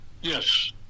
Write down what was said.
Yes